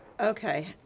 Okay